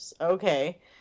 Okay